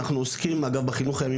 אנחנו עוסקים דרך אגב בחינוך הימי,